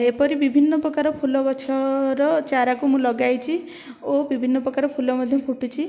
ଏପରି ବିଭିନ୍ନ ପ୍ରକାର ଫୁଲ ଗଛର ଚାରାକୁ ମୁଁ ଲଗାଇଛି ଓ ବିଭିନ୍ନ ପ୍ରକାର ଫୁଲ ମଧ୍ୟ ଫୁଟୁଛି